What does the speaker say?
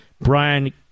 Brian